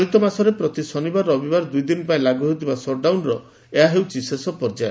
ଚଳିତ ମାସରେ ପ୍ରତି ଶନିବାର ଓ ରବିବାର ଦୁଇ ଦିନ ପାଇଁ ଲାଗୁ ହେଉଥିବା ସଟ୍ଡାଉନ୍ର ଏହା ଶେଷ ପର୍ଯ୍ୟାୟ